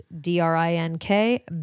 d-r-i-n-k